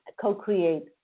co-create